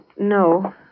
No